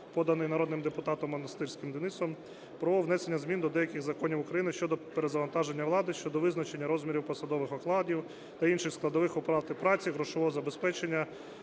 поданий народним депутатом Монастирським Денисом, про внесення змін до деяких законів України щодо перезавантаження влади (щодо визначення розмірів посадових окладів та інших складових оплати праці, грошового забезпечення